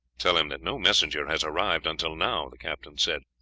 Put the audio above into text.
tell him that no messenger has arrived until now, the captain said,